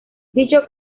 dicho